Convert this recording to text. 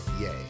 Yay